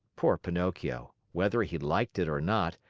poor pinocchio, whether he liked it or not,